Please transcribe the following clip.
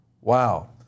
Wow